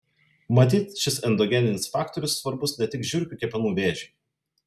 matyt šis endogeninis faktorius svarbus ne tik žiurkių kepenų vėžiui